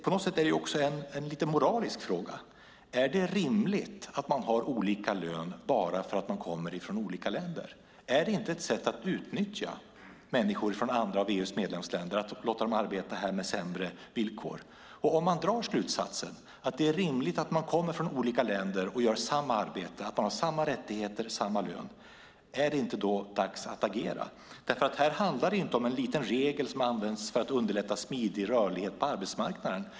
På något sätt är det också en lite moralisk fråga. Är det rimligt att man har olika lön bara för att man kommer från olika länder? Är det inte ett sätt att utnyttja människor från andra av EU:s medlemsländer att låta dem arbeta här med sämre villkor? Om vi drar slutsatsen att det är rimligt att man om man kommer från olika länder men gör samma arbete har samma rättigheter och samma lön, är det inte då dags att agera? Här handlar det inte om en liten regel som används för att underlätta smidig rörlighet på arbetsmarknaden.